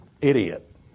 idiot